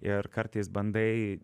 ir kartais bandai